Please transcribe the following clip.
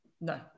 no